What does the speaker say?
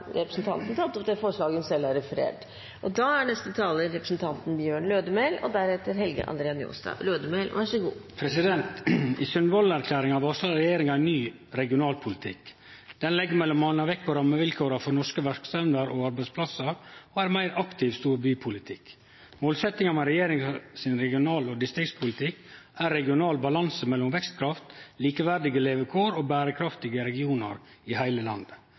Representanten Helga Pedersen har tatt opp de forslagene hun refererte til. I Sundvolden-erklæringa varsla regjeringa ein ny regionalpolitikk. Ein legg m.a. vekt på rammevilkåra for norske verksemder og arbeidsplassar og ein meir aktiv storbypolitikk. Målsetjinga med regjeringa sin regional- og distriktspolitikk er regional balanse mellom vekstkraft, likeverdige levekår og berekraftige regionar i heile landet.